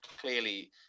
clearly